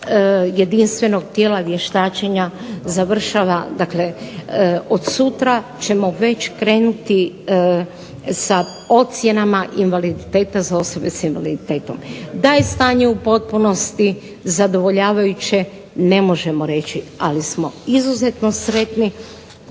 jedinstvenog tijela vještačenja završava, dakle od sutra ćemo već krenuti sa ocjenama invaliditeta za osobe s invaliditetom. Da je stanje u potpunosti zadovoljavajuće ne možemo reći, ali smo izuzetno sretni